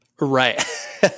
Right